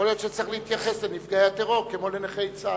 ייתכן שצריך להתייחס לנפגעי הטרור כמו לנכי צה"ל.